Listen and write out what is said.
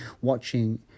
watching